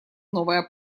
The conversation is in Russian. новая